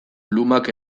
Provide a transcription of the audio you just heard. lumak